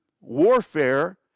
warfare